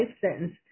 sentence